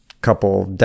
couple